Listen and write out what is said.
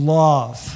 love